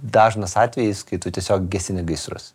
dažnas atvejis kai tu tiesiog gesini gaisrus